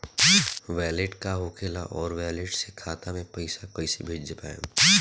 Wallet का होखेला और वैलेट से खाता मे पईसा कइसे भेज पाएम?